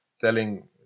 telling